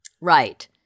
Right